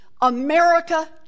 America